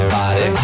body